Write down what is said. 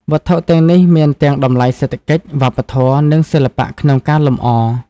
វត្ថុទាំងនេះមានទាំងតម្លៃសេដ្ឋកិច្ច វប្បធម៌ និងសិល្បៈក្នុងការលម្អ។